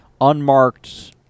unmarked